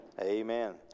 Amen